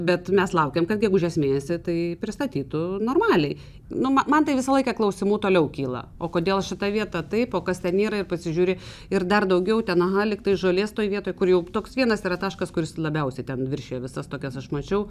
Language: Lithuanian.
bet mes laukiam kad gegužės mėnesį tai pristatytų normaliai nu ma man tai visą laiką klausimų toliau kyla o kodėl šita vieta taip o kas ten yra ir pasižiūri ir dar daugiau ten aha lygtai žolės toj vietoj kur jau toks vienas yra taškas kuris labiausiai ten viršija visas tokias aš mačiau